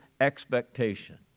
expectation